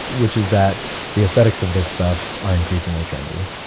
which is that the aesthetics of this stuff are increasingly trendy.